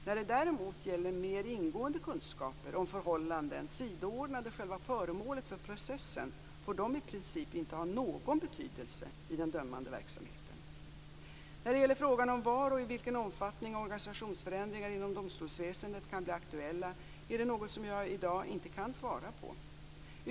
När det däremot gäller mer ingående kunskaper om förhållanden sidoordnade själva föremålet för processen, får de i princip inte ha någon betydelse i den dömande verksamheten. När det gäller frågan om var och i vilken omfattning organisationsförändringar inom domstolsväsendet kan bli aktuella är det något som jag i dag inte kan svara på.